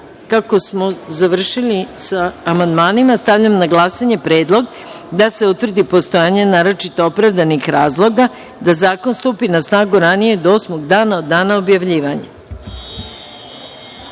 tri. Kako smo završili sa amandmanima, stavljam na glasanje predlog da se utvrdi postojanje naročito opravdanih razloga da zakon stupi na snagu ranije od osmog dana od dana objavljivanja. Zaključujem